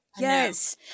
Yes